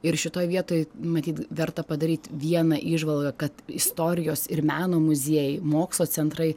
ir šitoj vietoj matyt verta padaryt vieną įžvalgą kad istorijos ir meno muziejai mokslo centrai